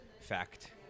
fact